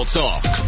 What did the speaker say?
talk